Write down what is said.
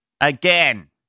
again